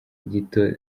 gito